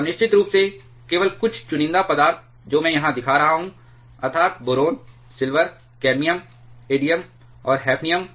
और निश्चित रूप से केवल कुछ चुनिंदा पदार्थ जो मैं यहां दिखा रहा हूं अर्थात् बोरोन सिल्वर कैडमियम इंडियम और हैफ़नियम